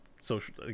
social